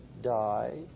die